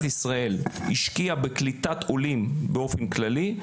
ישראל השקיעה בקליטת עולים באופן כללי,